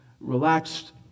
relaxed